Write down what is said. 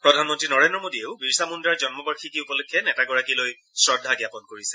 প্ৰধানমন্তী নৰেন্দ্ৰ মোদীয়েও বীৰছা মুণ্ডাৰ জন্মবাৰ্ষিকী উপলক্ষে নেতাগৰাকীলৈ শ্ৰদ্ধা জ্ঞাপন কৰিছে